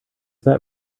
that